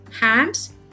hands